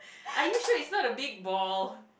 are you sure it's not a big ball